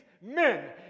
men